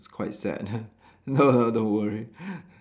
it's quite sad no no don't worry